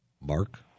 Mark